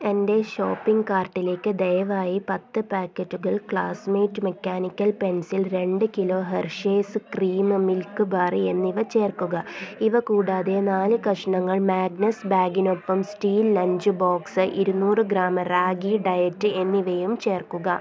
എന്റെ ഷോപ്പിംഗ് കാർട്ടിലേക്ക് ദയവായി പത്തു പാക്കറ്റുകൾ ക്ലാസ്മേറ്റ് മെക്കാനിക്കൽ പെൻസിൽ രണ്ട് kilo Hershey's cream milk bar എന്നിവ ചേർക്കുക ഇവ കൂടാതെ നാല് കഷണങ്ങൾ മാഗ്നസ് ബാഗിനൊപ്പം സ്റ്റീൽ ലഞ്ച് ബോക്സ് ഇരുന്നൂറ് ഗ്രാം റാഗി ഡയറ്റ് എന്നിവയും ചേർക്കുക